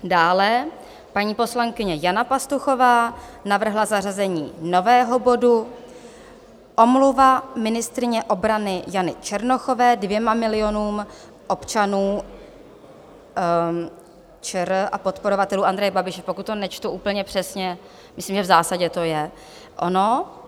Dále paní poslankyně Jana Pastuchová navrhla zařazení nového bodu Omluva ministryně obrany Jany Černochové dvěma milionům občanů ČR a podporovatelů Andreje Babiše pokud to nečtu úplně přesně, myslím, že v zásadě to je ono.